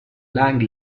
lang